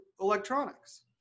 electronics